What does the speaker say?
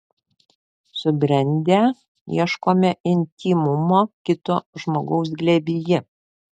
subrendę ieškome intymumo kito žmogaus glėbyje